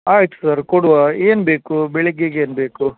ಆಯ್ತು ಸರ್ ಕೊಡುವ ಏನು ಬೇಕು ಬೆಳಗ್ಗೆಗೆ ಏನು ಬೇಕು